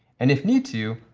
and if need to,